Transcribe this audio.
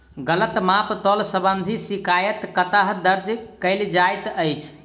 गलत माप तोल संबंधी शिकायत कतह दर्ज कैल जाइत अछि?